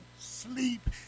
sleep